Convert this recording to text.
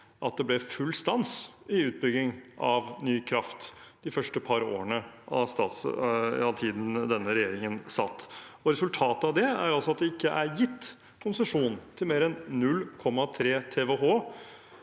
at det ble full stans i utbyggingen av ny kraft de første par årene denne regjeringen satt. Resultatet av det er altså at det ikke er gitt konsesjon til mer enn 0,3 TWh.